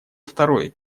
второй